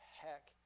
heck